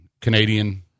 Canadian